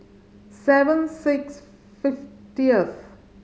seven six fiftieth